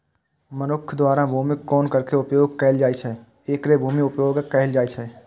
मनुक्ख द्वारा भूमिक कोन तरहें उपयोग कैल जाइ छै, एकरे भूमि उपयोगक कहल जाइ छै